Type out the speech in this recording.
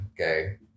Okay